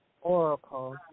Oracle